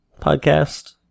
podcast